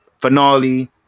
Finale